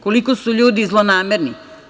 Koliko su ljudi zlonamerni?